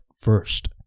first